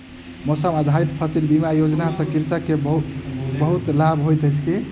मौसम आधारित फसिल बीमा योजना सॅ कृषक के बहुत लाभ होइत अछि